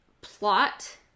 plot